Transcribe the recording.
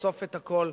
לחשוף את הכול,